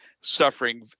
suffering